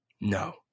no